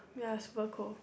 ya super cold